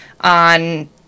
on